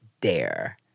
Dare